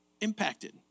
impacted